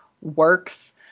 works